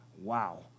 wow